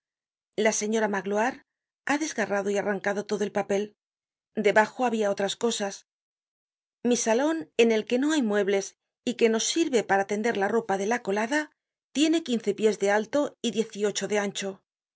la señora magloire ha desgarrado y arrancado todo el papel debajo habia otras cosas mi salon en el que no hay muebles y que nos sirve para ten der la ropa de la colada tiene quince piés de alto y diez y ocho de ancho